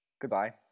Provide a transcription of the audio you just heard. Goodbye